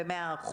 ב-100%.